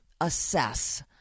assess